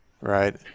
right